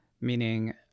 Meaning